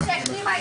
גם כשהם מפרכים,